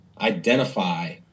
identify